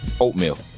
oatmeal